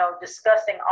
discussing